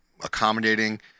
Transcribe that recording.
accommodating